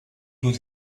would